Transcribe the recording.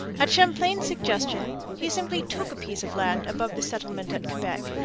at champlain's suggestion he simply took a piece of land above the settlement at quebec,